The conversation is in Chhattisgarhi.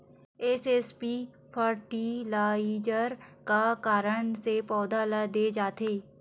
एस.एस.पी फर्टिलाइजर का कारण से पौधा ल दे जाथे?